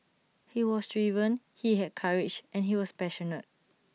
he was driven he had courage and he was passionate